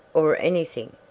or anything!